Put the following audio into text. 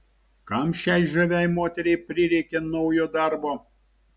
kam šiai žaviai moteriai prireikė naujo darbo